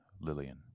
Lillian